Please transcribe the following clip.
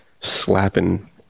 Slapping